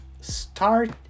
start